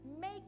Make